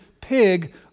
pig